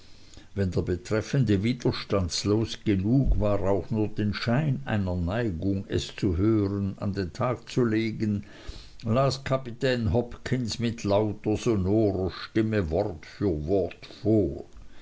wenn der betreffende widerstandslos genug war auch nur den schein einer neigung es zu hören an den tag zu legen las kapitän hopkins mit lauter sonorer stimme wort für wort vor